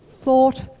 thought